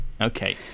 okay